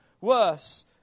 worse